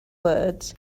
words